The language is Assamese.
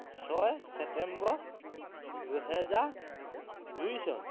ছয় ছেপ্তেম্বৰ দুহেজাৰ দুই চন